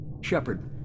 Shepard